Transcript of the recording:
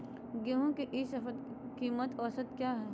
गेंहू के ई शपथ कीमत औसत क्या है?